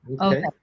Okay